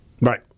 Right